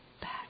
back